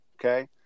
okay